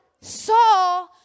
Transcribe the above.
saw